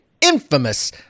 infamous